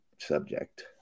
subject